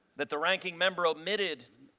that the ranking member omitted